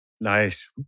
Nice